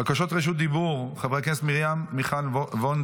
בקשות רשות דיבור, חברי הכנסת מרים מיכל וולדיגר,